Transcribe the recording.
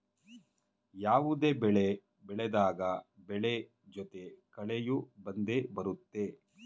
ಯಾವುದೇ ಬೆಳೆ ಬೆಳೆದಾಗ ಬೆಳೆ ಜೊತೆ ಕಳೆಯೂ ಬಂದೆ ಬರುತ್ತೆ